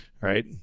right